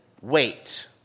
wait